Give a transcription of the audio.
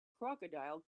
crocodile